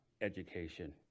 education